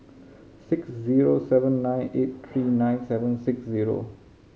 six zero seven nine eight three nine seven six zero